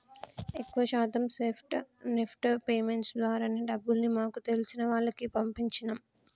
ఎక్కువ శాతం NEFT payments ద్వారానే డబ్బుల్ని మాకు తెలిసిన వాళ్లకి పంపించినం